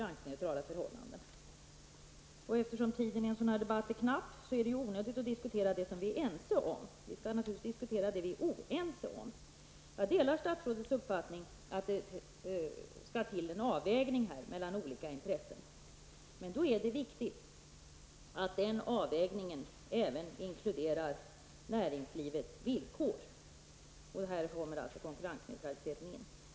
Eftersom tiden i en sådan här debatt är knapp, är det onödigt att diskutera det vi är ense om. Vi skall naturligtvis diskutera det vi är oense om. Jag delar statsrådets uppfattning att det här skall till en avvägning mellan olika intressen. Men då är det viktigt att den avvägningen även inkluderar näringslivets villkor, och här kommer alltså konkurrensneutraliteten in.